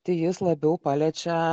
tai jis labiau paliečia